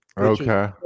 Okay